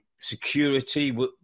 security